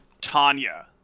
Tanya